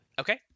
okay